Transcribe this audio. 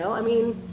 so i mean,